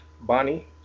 Bonnie